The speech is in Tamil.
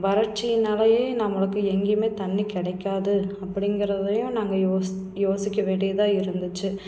வறட்சினாலையே நம்மளுக்கு எங்கேயுமே தண்ணி கிடைக்காது அப்படிங்கிறதையும் நாங்கள் யோசி யோசிக்க வேண்டியதாக இருந்துச்சு